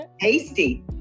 tasty